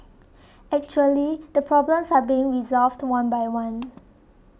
actually the problems are being resolved one by one